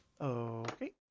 Okay